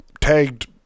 tagged